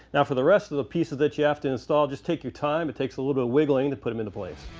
now for the rest of the pieces that you have to install just take your time. it takes a little bit of wiggling to put them into place.